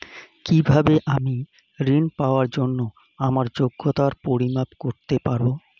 কিভাবে আমি ঋন পাওয়ার জন্য আমার যোগ্যতার পরিমাপ করতে পারব?